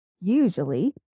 Usually